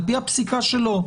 על פי הפסיקה שלו,